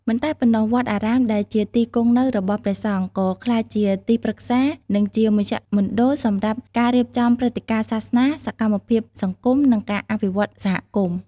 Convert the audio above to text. មិនតែប៉ុណ្ណោះ វត្តអារាមដែលជាទីគង់នៅរបស់ព្រះសង្ឃ ក៏ក្លាយជាទីប្រឹក្សា និងជាមជ្ឈមណ្ឌលសម្រាប់ការរៀបចំព្រឹត្តិការណ៍សាសនា សកម្មភាពសង្គម និងការអភិវឌ្ឍសហគមន៍។